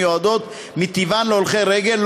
המיועדות מטבען להולכי רגל,